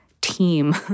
team